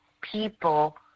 people